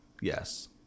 Yes